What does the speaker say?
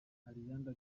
ariana